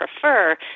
prefer